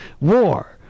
war